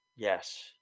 Yes